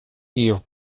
eve